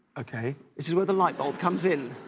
okay. this is where the light bulb comes in.